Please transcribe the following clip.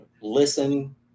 listen